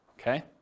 okay